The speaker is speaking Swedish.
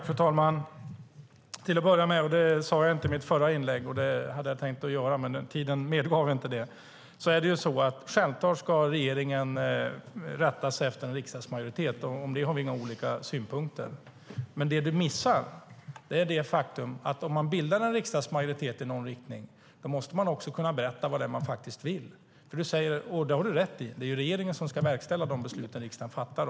Fru talman! Jag sade det inte i mitt förra inlägg, för tiden medgav inte det, men självklart är det så att regeringen ska rätta sig efter en riksdagsmajoritet. På det har vi inga olika synpunkter. Men det Siv Holma missar är det faktum att om man bildar en riksdagsmajoritet i någon riktning, då måste man också kunna berätta vad det är man faktiskt vill. Siv Holma har rätt i att det är regeringen som ska verkställa de beslut som riksdagen fattar.